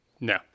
No